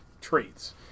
traits